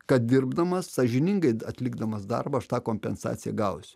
kad dirbdamas sąžiningai atlikdamas darbą aš tą kompensaciją gausiu